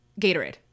Gatorade